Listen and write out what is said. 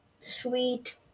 sweet